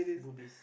boobies